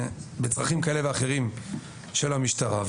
לצרכים כאלה ואחרים של המשטרה,